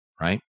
right